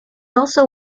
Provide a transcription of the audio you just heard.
also